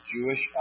Jewish